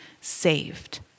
saved